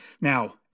Now